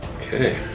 Okay